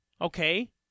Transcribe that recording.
Okay